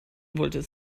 wollte